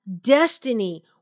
destiny